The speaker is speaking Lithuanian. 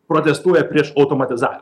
protestuoja prieš automatizavim